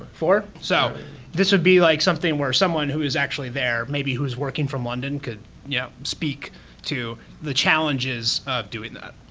four? so this would be like something where someone who is actually there maybe who's working from london could yeah speak to the challenges of doing that.